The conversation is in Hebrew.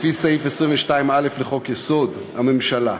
לפי סעיף 22(א) לחוק-יסוד: הממשלה,